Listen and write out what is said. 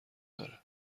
داره